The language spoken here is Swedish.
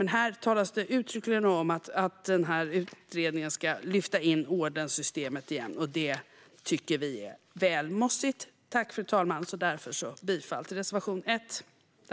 Men här talas det uttryckligen om att denna utredning ska lyfta in ordenssystemet igen. Det tycker vi är väl mossigt. Därför yrkar jag bifall till reservation 1.